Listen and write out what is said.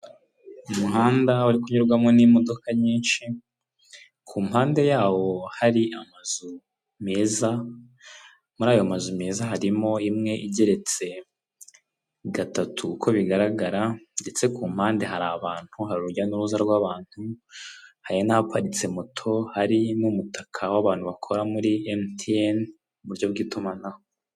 Umuhanda uri kunyurwamo n'imodoka nyinshi, ku mpande yawo hari amazu meza, muri ayo mazu meza harimo imwe igeretse gatatu uko bigaragara, ndetse ku mpande hari abantu, hari urujya n'uruza rw'abantu, hari n'ahaparitse moto, hari n'umutaka w'abantu bakora muri mtn mu buryo bw'itumanaho.